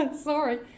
Sorry